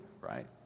Right